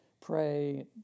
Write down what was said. pray